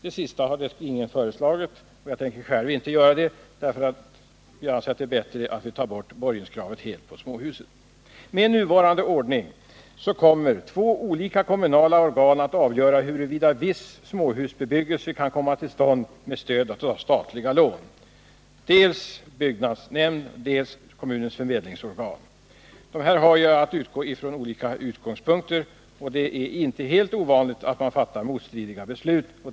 Det sista har ingen föreslagit, och jag skall själv inte göra det, därför att jag anser det är bättre att ta bort borgenskravet helt för småhus. Med nuvarande ordning kommer två olika kommunala organ att avgöra huruvida viss småhusbebyggelse kan komma till stånd med stöd av statliga lån. Det är dels byggnadsnämnden, dels kommunens förmedlingsorgan. De har att utgå från olika utgångspunkter, och det är inte helt ovanligt att de fattar motstridiga beslut.